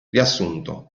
riassunto